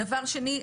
דבר שני,